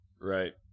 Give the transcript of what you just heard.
Right